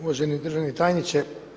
Uvaženi državni tajniče.